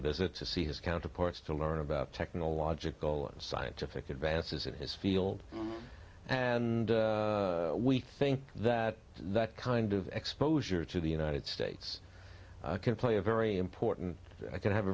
visit to see his counterparts to learn about technological and scientific advances in his field and we think that that kind of exposure to the united states can play a very important could have a